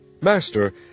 Master